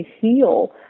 heal